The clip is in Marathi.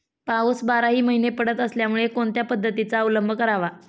पाऊस बाराही महिने पडत असल्यामुळे कोणत्या पद्धतीचा अवलंब करावा?